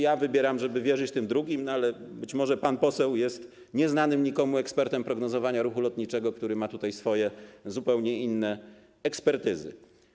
Ja wskazuję, żeby wierzyć tym drugim, ale być może pan poseł jest nieznanym nikomu ekspertem prognozowania ruchu lotniczego, który ma tutaj swoje zupełnie inne ekspertyzy.